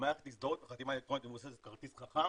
מערכת הזדהות בחתימה אלקטרונית מבוססת כרטיס חכם